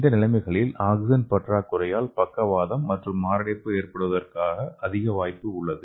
இந்த நிலைமைகளில் ஆக்ஸிஜன் பற்றாக்குறையால்பக்கவாதம் மற்றும் மாரடைப்பு ஏற்படுவதற்கான அதிக வாய்ப்பு உள்ளது